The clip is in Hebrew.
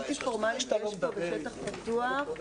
לא רציתם בלתי פורמלית בשטח פתוח?